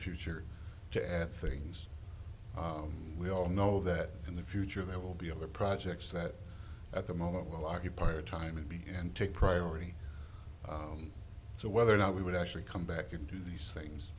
future to add things we all know that in the future there will be other projects that at the moment will occupier time and take priority so whether or not we would actually come back and do these things